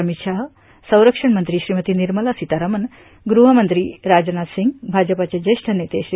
अमित शाह संरक्षण मंत्री श्रीमती निर्मला सितारामन गृहमंत्री राजनाथ सिंग भाजपचे ज्येष्ठ नेते श्री